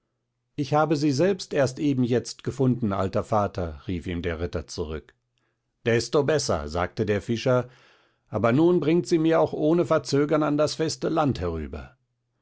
ich habe sie selbst erst eben jetzt gefunden alter vater rief ihm der ritter zurück desto besser sagte der fischer aber nun bringt sie mir auch ohne verzögern an das feste land herüber